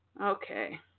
Okay